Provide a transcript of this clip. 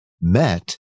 MET